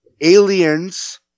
aliens